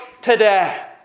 today